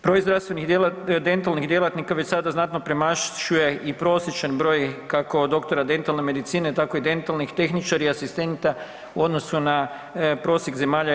Broj dentalnih djelatnika već sada znatno premašuje i prosječan broj kako doktora dentalne medicine tako i dentalnih tehničara i asistenta u odnosu na prosjek zemalja EU.